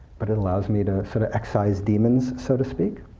but it allows me to sort of excise demons, so to speak.